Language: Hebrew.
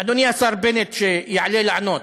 אדוני השר בנט שיעלה לענות: